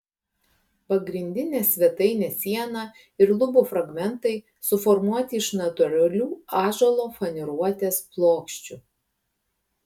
pagrindinė svetainės siena ir lubų fragmentai suformuoti iš natūralių ąžuolo faneruotės plokščių